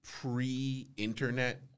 pre-internet